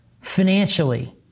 financially